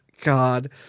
God